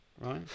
right